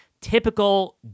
Typical